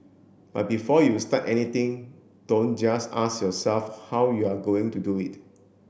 but before you start anything don't just ask yourself how you're going to do it